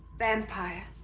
vampire